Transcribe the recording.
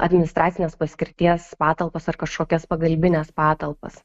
administracinės paskirties patalpas ar kažkokias pagalbines patalpas